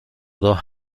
dos